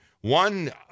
one